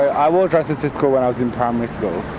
i wore dresses to school when i was in primary school.